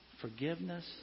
forgiveness